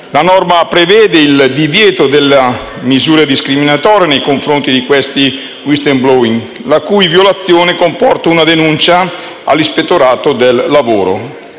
La norma prevede il divieto delle misure discriminatorie nei confronti di questi *whistleblower*, la cui violazione comporta una denuncia all'Ispettorato del lavoro,